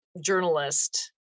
journalist